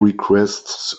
requests